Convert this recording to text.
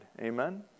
Amen